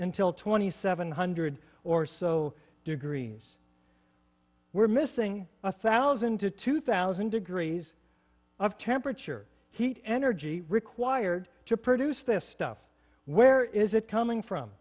until twenty seven hundred or so degrees we're missing a thousand to two thousand degrees of temperature heat energy required to produce this stuff where is it coming from